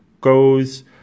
goes